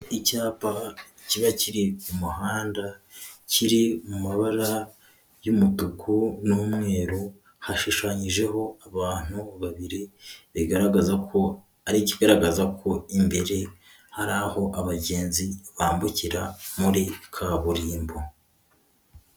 Icyapa kiba kiri ku muhanda kiri mu mabara y'umutuku n'umweru, hashushanyijeho abantu babiri bigaragaza ko ari ikigaragaza ko imbere hari aho abagenzi bambukira muri kaburimbo.